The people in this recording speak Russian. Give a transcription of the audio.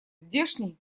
здешний